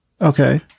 Okay